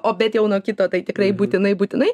o bet jau nuo kito tai tikrai būtinai būtinai